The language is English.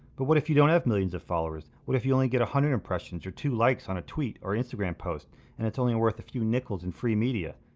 but what if you don't have millions of followers? what if you only get one hundred impressions or two likes on a tweet or instagram post and it's only worth a few nickels and free media?